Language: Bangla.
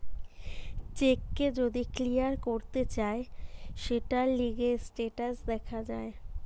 চেক কে যদি ক্লিয়ার করতে চায় সৌটার লিগে স্টেটাস দেখা যায়